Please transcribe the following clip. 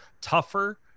tougher